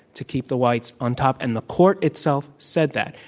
to keep the whites on top. and the court itself said that.